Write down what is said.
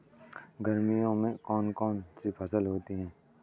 गर्मियों में कौन कौन सी फसल होती है?